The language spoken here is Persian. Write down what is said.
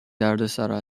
دردسرا